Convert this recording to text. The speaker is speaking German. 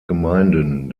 gemeinden